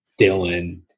Dylan